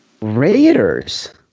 raiders